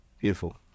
Beautiful